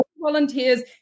volunteers